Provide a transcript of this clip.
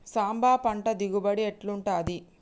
సాంబ పంట దిగుబడి ఎట్లుంటది?